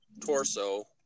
torso